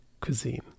cuisine